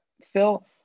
Phil